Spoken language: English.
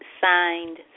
signed